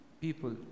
people